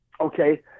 Okay